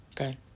Okay